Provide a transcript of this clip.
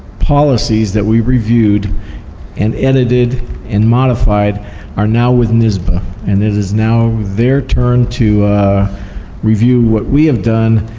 policies that we've reviewed and edited and modified are now with nyssba, and it is now their turn to review what we have done,